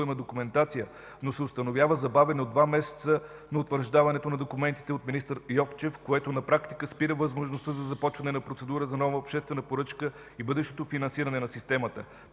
документация, но се установява забавяне от два месеца на утвърждаването на документите от министър Йовчев, което на практика спира възможността за започване на процедура за нова обществена поръчка и бъдещото финансиране на системата.